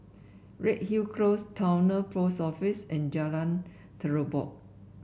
Redhill Close Towner Post Office and Jalan Terubok